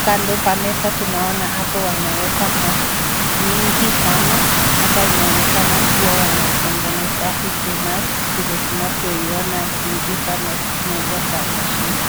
kando kwa meza tunaona hapo wameweka maski mingi sana. Hapa inaonekana kua wanaitengeneza hizi mask vile tunanyo iona akiingiza mask moja kwa mashine.